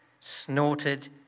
snorted